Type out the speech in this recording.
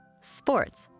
sports